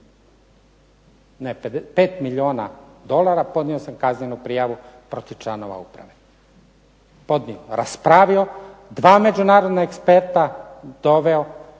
5 milijuna dolara podnio sam kaznenu prijavu protiv članova uprave, podnio, raspravio dva međunarodna eksperta doveo,